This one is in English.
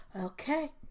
okay